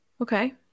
Okay